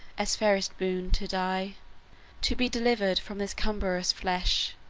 as fairest boon, to die to be delivered from this cumbrous flesh,